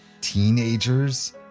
Teenagers